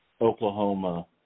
Oklahoma